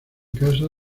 casa